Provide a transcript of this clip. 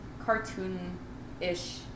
cartoon-ish